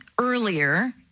earlier